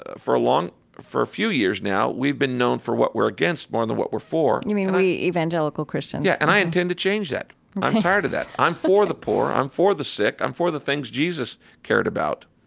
ah for a long for a few years now, we've been known for what we're against more than what we're for you mean, we evangelical christians? yeah. and i intend to change that ok i'm tired of that. i'm for the poor. i'm for the sick. i'm for the things jesus cared about